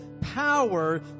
power